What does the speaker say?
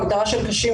ההגדרה של "קשים",